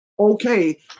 Okay